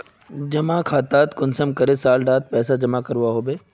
जमा खातात कुंसम करे साल तक टका जमा करवा होबे?